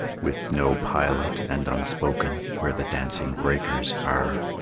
with no pilot and unspoken, where the dancing breakers are,